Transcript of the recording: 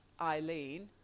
Eileen